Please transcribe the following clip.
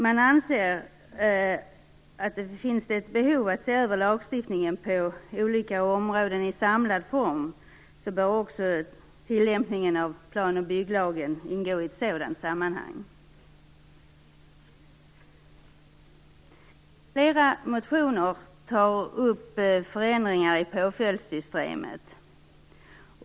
Man anser att om det finns ett behov av att se över lagstiftningen på olika områden i samlad form bör också tillämpningen av plan och bygglagen ingå i ett sådant sammanhang. Flera motioner tar upp förändringar i påföljdssystemet.